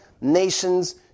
nations